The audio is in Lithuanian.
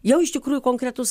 jau iš tikrųjų konkretus